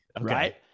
Right